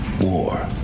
War